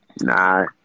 Nah